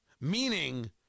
Meaning